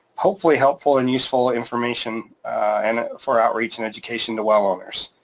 hopefully helpful and useful information and for outreach and education to well owners.